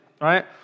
right